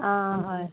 অ হয়